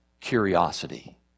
curiosity